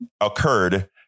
occurred